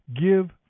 Give